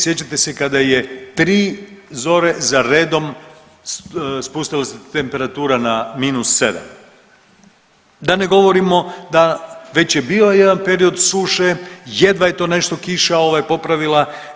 Sjećate se kada je tri zore za redom spustila se temperatura na -7, da ne govorimo da već je bio jedan period suše, jedva je to nešto kiša popravila.